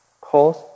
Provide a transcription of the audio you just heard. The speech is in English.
Cause